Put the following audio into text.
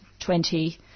20